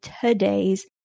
today's